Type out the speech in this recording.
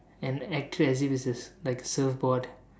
and acted as if it is like a surfboard